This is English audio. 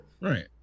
Right